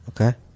Okay